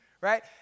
Right